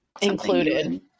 included